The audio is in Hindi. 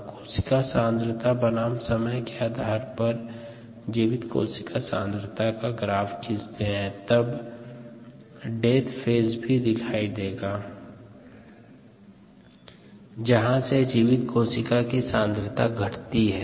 कोशिका सांद्रता बनाम समय के आधार पर जीवित कोशिका सांद्रता का ग्राफ खीचतें हैं तब डेथ फेज भी दिखाई देता है जहां से जीवित कोशिका सांद्रता घटती है